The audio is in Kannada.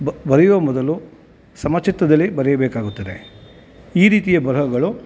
ಬರೆಯುವ ಮೊದಲು ಸಮಚಿತ್ತದಲ್ಲಿ ಬರೆಯಬೇಕಾಗುತ್ತದೆ ಈ ರೀತಿಯ ಬರಹಗಳು